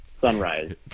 sunrise